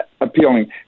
appealing